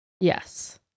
Yes